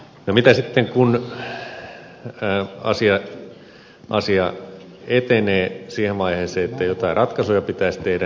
mitä sitten kun asia etenee siihen vaiheeseen että jotain ratkaisuja pitäisi tehdä